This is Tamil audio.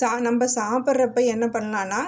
ச நம்ம சாப்பிட்றப்ப என்ன பண்ணலான்னா